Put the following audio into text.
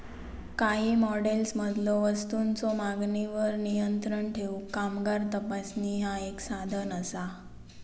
काही मॉडेल्समधलो वस्तूंच्यो मागणीवर नियंत्रण ठेवूक कामगार तपासणी ह्या एक साधन असा